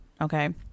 Okay